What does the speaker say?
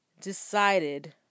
decided